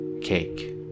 cake